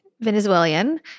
Venezuelan